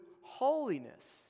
holiness